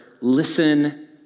listen